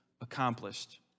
accomplished